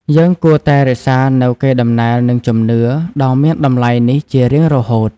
យើងគួរតែថែរក្សានូវកេរដំណែល និងជំនឿដ៏មានតម្លៃនេះជារៀងរហូត។